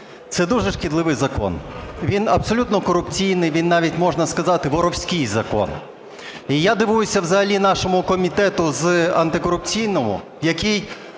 це дуже шкідливий закон. Він абсолютно корупційний, він навіть, можна сказати, воровський закон. І я дивуюся взагалі нашому комітету антикорупційному, який